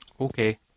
Okay